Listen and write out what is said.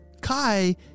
Kai